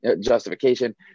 Justification